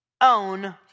own